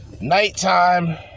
nighttime